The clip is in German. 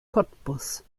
cottbus